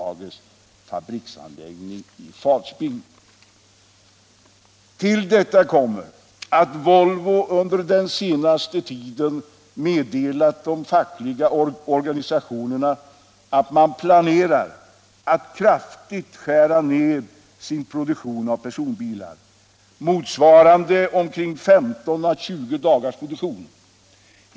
Till detta kommer att Volvo under den senaste tiden meddelat de fackliga organisationerna att man planerar att kraftigt skära ned sin produktion av personbilar, motsvarande 15-20 dagars produktion.